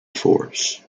force